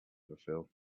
fulfill